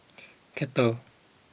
Kettle